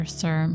sir